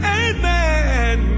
amen